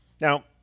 Now